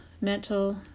mental